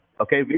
okay